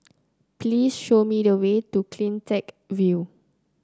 please show me the way to CleanTech View